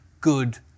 good